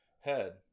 head